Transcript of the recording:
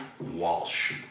Walsh